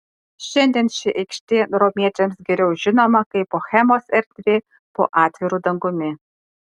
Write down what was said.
šiandien ši aikštė romiečiams geriau žinoma kaip bohemos erdvė po atviru dangumi